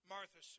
Martha